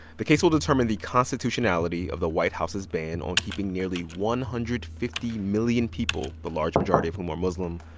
the case will determine the constitutionality of the white house's ban on keeping nearly one hundred and fifty million people, the large majority of whom are muslim,